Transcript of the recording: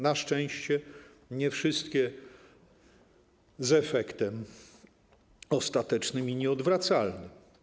Na szczęście nie wszystkie z efektem ostatecznym i nieodwracalnym.